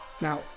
Now